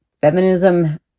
feminism